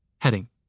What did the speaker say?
Heading